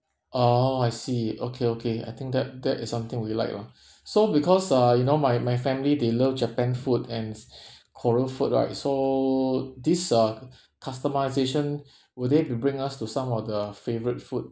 ah I see okay okay I think that that is something we like lah so because uh you know my my family they love japan food and korean food right so this uh customisation will they be bring us to some of the favourite food